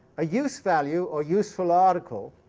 a use-value, or useful article,